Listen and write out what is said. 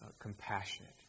compassionate